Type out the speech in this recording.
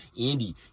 Andy